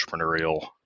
entrepreneurial